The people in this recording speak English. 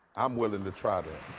i'm willing to try but